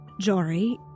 Jory